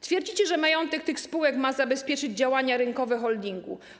Twierdzicie, że majątek tych spółek ma zabezpieczyć działania rynkowe holdingu.